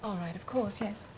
right, of course, yes.